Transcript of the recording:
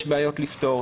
יש בעיות לפתור,